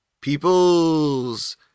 Peoples